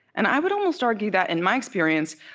and i would almost argue that in my experience,